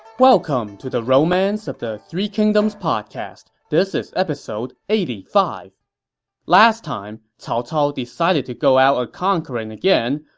welcome to the romance of the three kingdoms podcast. this is episode eighty five point last time, cao cao decided to go out a-conquerin' again,